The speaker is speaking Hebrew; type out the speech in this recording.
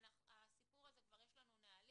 2019 הסיפור הזה כבר יש נהלים,